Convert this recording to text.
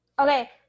Okay